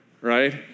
right